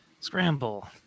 Scramble